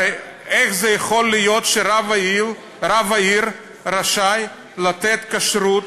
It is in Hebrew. הרי איך זה יכול להיות שרב העיר רשאי לתת כשרות,